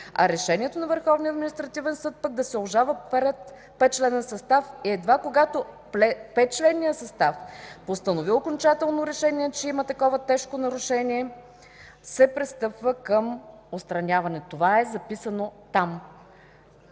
административен съд пък да се обжалва пред петчленен състав, и едва когато той постанови окончателно решение, че има такова тежко нарушение, се пристъпва към отстраняване. Това е записано там.